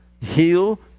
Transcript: heal